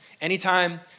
Anytime